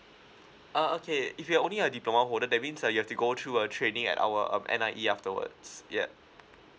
uh okay if you're only a diploma holder that means uh you've to go through a training at our um N_I_E afterwards yup